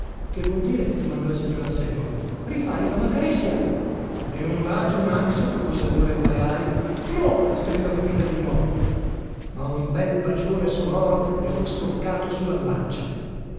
che vuol dire domandò il signor anselmo rifà rifà macareccia e un bacio max propose allora il paleari no strillò pepita di nuovo ma un bel bacione sonoro le fu scoccato su la guancia